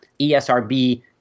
ESRB